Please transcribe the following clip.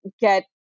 get